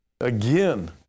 again